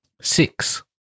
Six